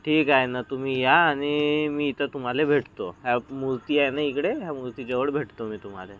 ठीक आहे ना तुम्ही या आणि मी इथं तुम्हाला भेटतो ह्या मूर्ती आहे ना इकडे या मूर्तीजवळ भेटतो मी तुम्हाला